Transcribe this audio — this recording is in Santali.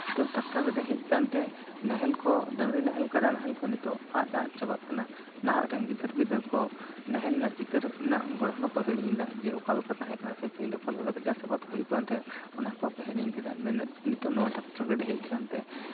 ᱱᱤᱛᱚᱜ ᱴᱨᱟᱠᱴᱟᱨ ᱜᱟ ᱰᱤ ᱦᱮᱡ ᱠᱟᱱᱛᱮ ᱱᱟᱦᱮᱞ ᱠᱚ ᱰᱟᱝᱨᱤ ᱱᱟᱦᱮᱞ ᱠᱟᱰᱟ ᱱᱟᱦᱮᱞ ᱠᱚ ᱱᱤᱛᱚᱜ ᱟᱫ ᱟᱫ ᱪᱟᱵᱟᱜ ᱠᱟᱱᱟ ᱱᱟᱦᱟᱜ ᱨᱮᱱ ᱜᱤᱫᱟᱹᱨ ᱯᱤᱫᱟᱹᱨ ᱠᱚ ᱱᱟᱦᱮᱞ ᱨᱮᱱᱟᱜ ᱪᱤᱛᱟᱹᱨ ᱨᱮᱱᱟᱜ ᱜᱚᱲᱦᱚᱱ ᱦᱚᱸᱠᱚ ᱦᱤᱲᱤᱧ ᱮᱫᱟ ᱡᱮ ᱚᱠᱟ ᱞᱮᱠᱟ ᱛᱟᱦᱮᱸ ᱠᱟᱱᱟ ᱥᱮ ᱯᱟᱹᱦᱤᱞ ᱚᱠᱟ ᱞᱮᱠᱟ ᱠᱟᱛᱮᱜ ᱪᱟᱥ ᱟᱵᱟᱫ ᱠᱚ ᱦᱩᱭᱩᱜ ᱠᱟᱱ ᱛᱟᱦᱮᱸᱜ ᱚᱱᱟ ᱠᱚᱠᱚ ᱦᱤᱲᱤᱧ ᱠᱟᱫᱟ ᱢᱮᱱᱮᱫ ᱱᱤᱛᱚᱜ ᱱᱚᱣᱟ ᱴᱮᱠᱴᱚᱨ ᱜᱟᱰᱤ ᱦᱮᱡ ᱟᱠᱟᱱᱛᱮ